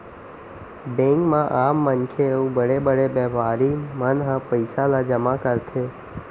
bank म आम मनखे अउ बड़े बड़े बेपारी मन ह पइसा ल जमा करथे